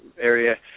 area